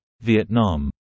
Vietnam